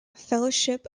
fellowship